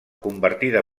convertida